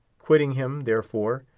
quitting him, therefore,